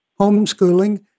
homeschooling